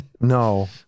no